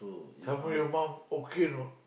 some more your mum okay or not